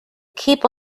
keep